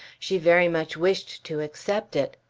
she very much wished to accept it.